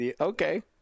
okay